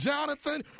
Jonathan